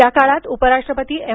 या काळात उपराष्ट्रपती एम